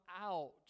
out